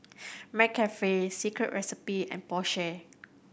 McCafe Secret Recipe and Porsche